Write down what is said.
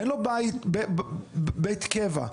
אין לו בית בית קבע,